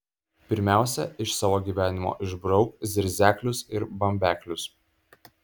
pirmiausia iš savo gyvenimo išbrauk zirzeklius ir bambeklius